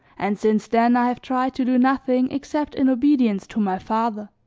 and since then i have tried to do nothing except in obedience to my father,